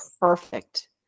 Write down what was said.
perfect